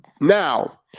now